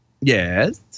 Yes